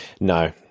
No